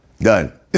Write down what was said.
Done